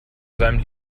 seinem